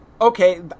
okay